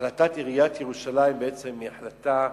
החלטת עיריית ירושלים בעצם היא החלטה,